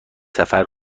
سفر